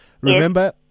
Remember